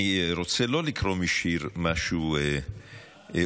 אני לא רוצה לקרוא משיר משהו אופטימי,